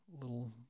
little